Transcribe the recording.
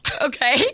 Okay